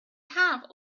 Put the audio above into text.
have